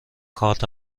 کارت